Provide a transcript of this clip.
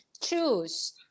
Choose